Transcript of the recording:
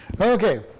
okay